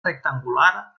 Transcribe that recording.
rectangular